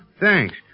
Thanks